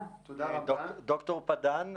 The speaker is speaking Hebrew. ד"ר פדן,